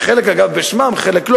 חלק בשמם וחלק לא,